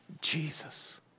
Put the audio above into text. Jesus